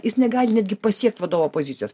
jis negali netgi pasiekti vadovo pozicijos